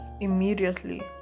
immediately